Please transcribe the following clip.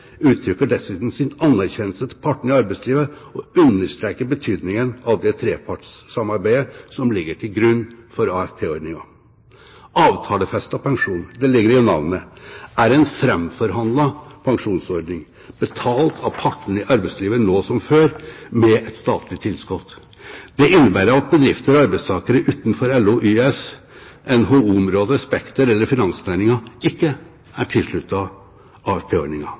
uttrykker dessuten sin anerkjennelse til partene i arbeidslivet og understreker betydningen av det trepartssamarbeidet som ligger til grunn for AFP-ordningen. Avtalefestet pensjon – det ligger i navnet – er en framforhandlet pensjonsordning, betalt av partene i arbeidslivet nå som før, med statlig tilskott. Det innebærer at bedrifter og arbeidstakere utenfor LO, YS, NHO-området, Spekter eller finansnæringen ikke er